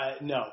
No